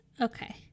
Okay